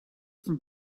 from